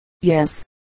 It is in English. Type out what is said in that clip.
yes